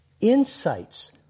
insights